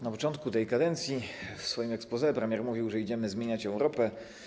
Na początku tej kadencji w swoim exposé premier mówił, że idziemy zmieniać Europę.